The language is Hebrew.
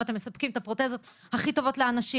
ואתם מספקים את הפרוטזות הכי טובות לאנשים.